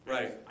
Right